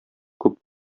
күп